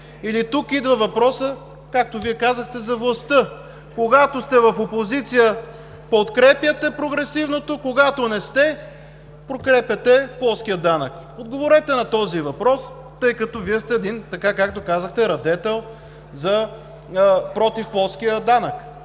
или тук идва въпросът, както Вие казахте, за властта: когато сте в опозиция подкрепяте прогресивното, когато не сте, подкрепяте плоския данък? Отговорете на този въпрос, тъй като Вие сте един – така както казахте, радетел против плоския данък.